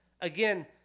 Again